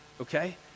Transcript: okay